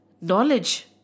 knowledge